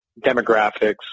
demographics